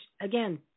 again